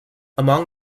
among